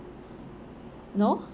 no